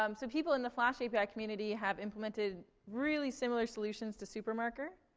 um so people in the flash api community have implemented really similar solutions to supermarker.